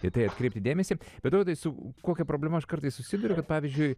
į tai atkreipti dėmesį bet dovydai su kokia problema aš kartais susiduriu kad pavyzdžiui